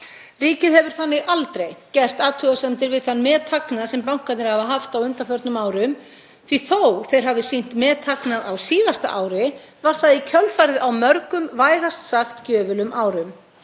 Ríkið hefur þannig aldrei gert athugasemdir við þann methagnað sem bankarnir hafa haft á undanförnum árum því að þó að þeir hafi sýnt methagnað á síðasta ári var það í kjölfarið á mörgum vægast sagt gjöfulum árum.